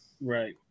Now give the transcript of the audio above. Right